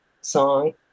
song